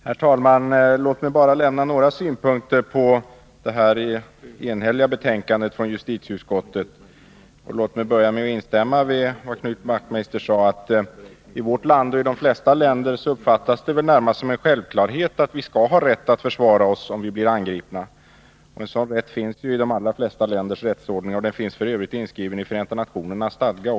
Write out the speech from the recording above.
Herr talman! Låt mig bara lämna några synpunkter på detta enhälliga betänkande från justitieutskottet. Jag vill till att börja med instämma med Knut Wachtmeister som sade att det i vårt land och i de flesta länder väl uppfattas som närmast en självklarhet att vi skall ha rätt att försvara oss om vi blir angripna. En sådan rätt finns i de allra flesta länders rättsordningar och finns f. ö. inskriven också i Förenta nationernas stadga.